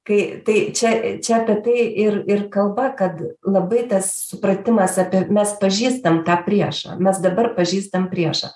kai tai čia čia apie tai ir ir kalba kad labai tas supratimas apie mes pažįstam tą priešą mes dabar pažįstam priešą